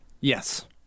Yes